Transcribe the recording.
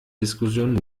diskussion